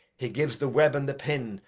he gives the web and the pin,